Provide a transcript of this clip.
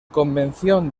convención